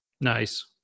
Nice